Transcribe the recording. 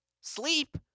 Sleep